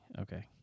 okay